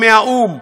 מהאו"ם,